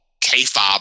k-fob